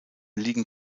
liegen